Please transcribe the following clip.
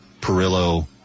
Perillo